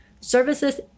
services